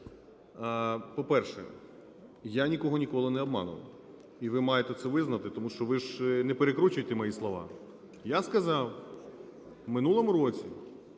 по-перше, я ніколи нікого не обманював, і ви маєте це визнати, тому що ви ж не перекручуйте мої слова. Я сказав в минулому році